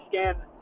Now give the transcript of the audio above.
scan